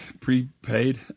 prepaid